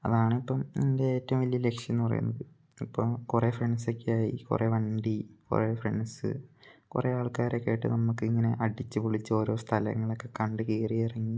അതാണ് ഇപ്പം എൻ്റെ ഏറ്റവും വലിയ ലക്ഷ്യം എന്ന് പറയുന്നത് ഇപ്പം കുറെ ഫ്രണ്ട്സക്കെയായി കുറെ വണ്ടി കുറെ ഫ്രണ്ട്സ് കുറെ ആൾക്കാരൊക്കെ ആയിട്ട് നമുക്ക് ഇങ്ങനെ അടിച്ച് പൊളിച്ച് ഓരോ സ്ഥലങ്ങൾ ഒക്കെ കണ്ട് കയറി ഇറങ്ങി